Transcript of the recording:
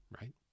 Right